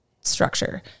structure